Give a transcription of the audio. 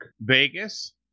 vegas